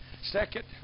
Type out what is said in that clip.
Second